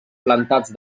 plantats